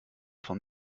von